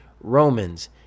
Romans